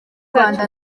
rwanda